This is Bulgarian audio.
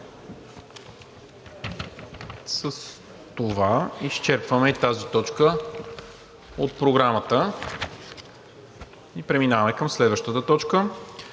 С това изчерпахме тази точка от Програмата. Преминаваме към следващата: